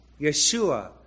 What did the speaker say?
Yeshua